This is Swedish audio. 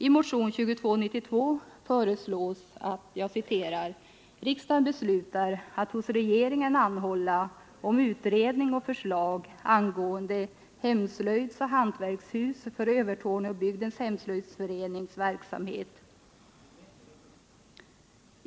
I motionen föreslås att ”riksdagen beslutar att hos regeringen anhålla om utredning och förslag angående hemslöjdsoch hantverkshus för Övertorneåbygdens hemslöjdsförenings verksamhet”.